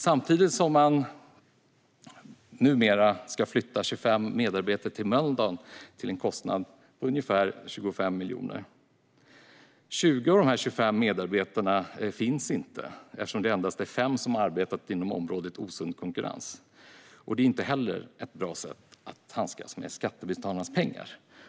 Samtidigt ska man flytta 25 medarbetare till Mölndal till en kostnad på ungefär 25 miljoner. 20 av dessa 25 medarbetare finns inte, eftersom det är endast 5 som har arbetat inom området osund konkurrens. Det är inte heller ett bra sätt att handskas med skattebetalarnas pengar.